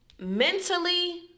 mentally